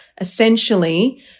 essentially